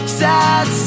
sad